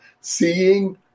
seeing